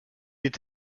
est